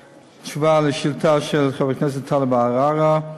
תשובה על שאילתה של חבר הכנסת טלב אבו עראר: